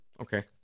Okay